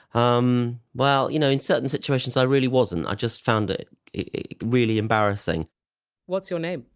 um well, you know in certain situations i really wasn't. i just found it it really embarrassing what's your name?